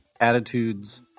attitudes